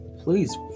Please